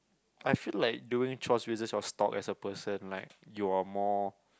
I feel like doing chores raises your stock as a person like you're more